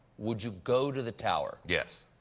would you go to the tower? yes.